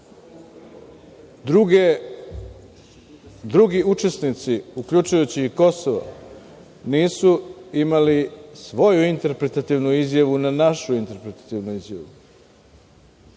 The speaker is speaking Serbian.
Drugi učesnici, uključujući i Kosovo, nisu imali svoju interpretativnu izjavu na našu interpretativnu izjavu. Hoću